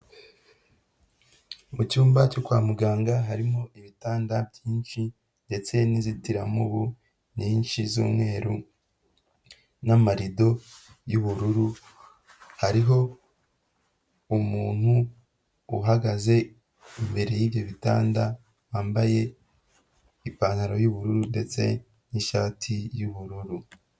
Mu cyumba cyo kwa muganga harimo ibitanda byinshi ndetse n'inzitiramubu nyinshi z'umweru n'amarido y'ubururu, hariho umuntu uhagaze imbere yibyo bitanda wambaye ipantaro y'ubururu ndetse n'ishati y'ubururu.